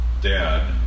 dad